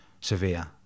severe